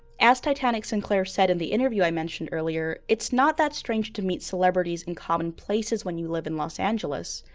as titanic sinclair said in the interview i mentioned earlier, it's not that strange to meet celebrities in common places when you live in los angeles.